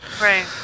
Right